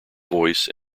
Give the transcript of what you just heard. voice